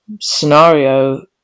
scenario